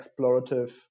explorative